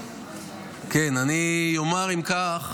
דמו,